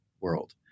world